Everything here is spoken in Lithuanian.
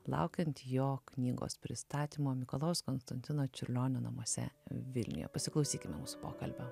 laukiant jo knygos pristatymo mikalojaus konstantino čiurlionio namuose vilniuje pasiklausykime mūsų pokalbio